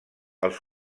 els